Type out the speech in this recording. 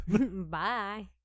Bye